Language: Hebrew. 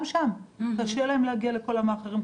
גם שם קשה להם להגיע לכל המאכערים,